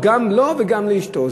גם לו וגם לאשתו.